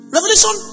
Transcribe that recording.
Revelation